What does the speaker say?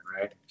right